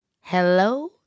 Hello